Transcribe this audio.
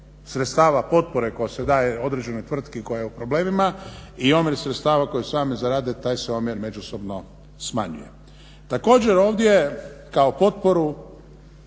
sredstava potpore koja se daje određenoj tvrtki koja je u problemima i omjer sredstava koji sami zarade taj se omjer međusobno smanjuje, također ovdje kao potporu